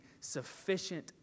sufficient